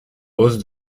hausse